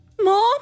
Mom